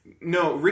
No